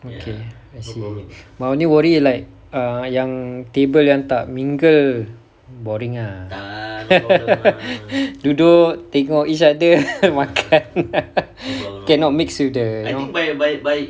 okay I see but only worry like err yang table yang tak mingle boring ah duduk tengok each other makan cannot mix with the you know